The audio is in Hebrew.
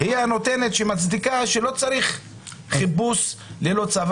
-- היא נותנת שמצדיקה שלא צריך חיפוש ללא צו.